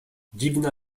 dziwna